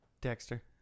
Dexter